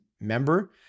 member